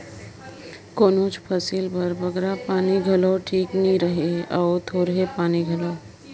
कोनोच फसिल बर बगरा पानी घलो ठीक नी रहें अउ थोरहें पानी घलो